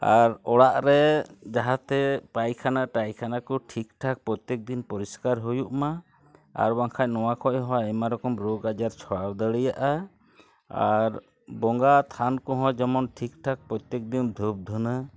ᱟᱨ ᱚᱲᱟᱜ ᱨᱮ ᱡᱟᱦᱟᱸᱛᱮ ᱯᱟᱭᱠᱷᱟᱱᱟ ᱴᱟᱭᱠᱷᱟᱱᱟ ᱠᱚ ᱴᱷᱤᱠ ᱴᱷᱟᱠ ᱯᱨᱚᱛᱛᱮᱠᱫᱤᱱ ᱯᱚᱨᱤᱥᱠᱟᱨ ᱦᱩᱭᱩᱜ ᱢᱟ ᱟᱨ ᱵᱟᱝᱠᱷᱟᱱ ᱱᱚᱶᱟ ᱠᱷᱚᱱ ᱦᱚᱸ ᱟᱭᱢᱟ ᱨᱚᱠᱚᱢ ᱨᱳᱜᱽ ᱟᱡᱟᱨ ᱪᱷᱚᱲᱟᱣ ᱫᱟᱲᱮᱭᱟᱜᱼᱟ ᱟᱨ ᱵᱚᱝᱜᱟ ᱛᱷᱟᱱ ᱠᱚᱦᱚᱸ ᱡᱮᱢᱚᱱ ᱴᱷᱤᱠᱴᱷᱟᱠ ᱯᱨᱚᱛᱛᱮᱠᱫᱤᱱ ᱫᱷᱩᱯ ᱫᱷᱩᱱᱟᱹ